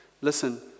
Listen